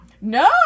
No